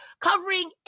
covering